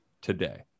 today